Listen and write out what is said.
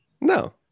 No